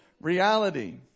reality